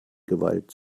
gewalt